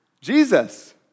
Jesus